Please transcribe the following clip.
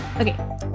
Okay